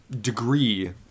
degree